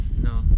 No